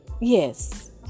yes